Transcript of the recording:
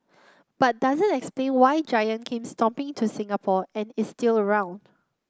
but doesn't explain why giant came stomping to Singapore and is still around